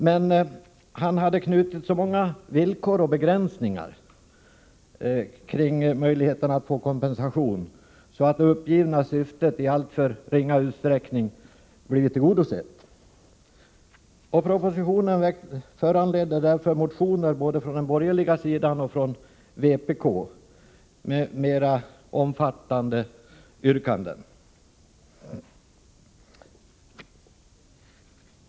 Han hade emellertid knutit så många villkor och begränsningar till möjligheten att få kompensation, att det uppgivna syftet i alltför ringa utsträckning blivit tillgodosett. Propositionen föranledde därför motioner, både från den borgerliga sidan och från vpk, med mera omfattande yrkanden.